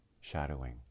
shadowing